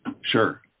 sure